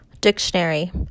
dictionary